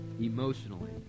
emotionally